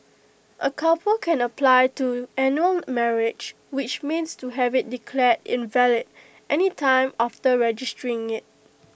A couple can apply to annul their marriage which means to have IT declared invalid any time after registering IT